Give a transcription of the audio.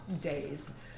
days